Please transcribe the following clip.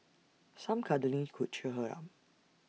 some cuddling could cheer her up